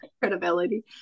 Credibility